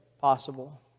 possible